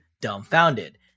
dumbfounded